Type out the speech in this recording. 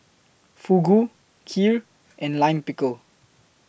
Fugu Kheer and Lime Pickle